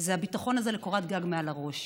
זה הביטחון הזה לקורת גג מעל הראש.